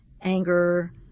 anger